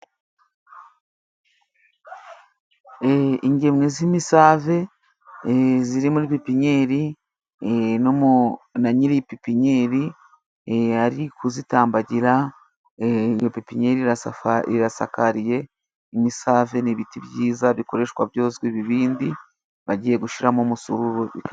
Ingemwe z'imisave ziri muri pepinyeri na nyiri pepinyeri ari kuzitambagira, iyo pepinyeri irasafa irasakariye imisave n'ibiti byiza bikoreshwa byozwa ibibindi bagiye gushiramo umusururu.